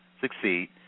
succeed